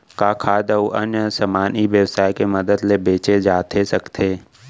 का खाद्य अऊ अन्य समान ई व्यवसाय के मदद ले बेचे जाथे सकथे?